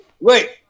Wait